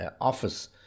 office